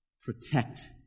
protect